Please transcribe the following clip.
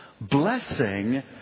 Blessing